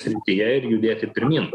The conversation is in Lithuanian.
srityje ir judėti pirmyn